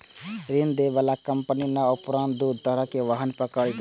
ऋण दै बला कंपनी नव आ पुरान, दुनू तरहक वाहन पर कर्ज दै छै